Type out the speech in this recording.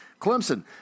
Clemson